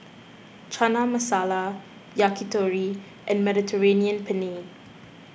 Chana Masala Yakitori and Mediterranean Penne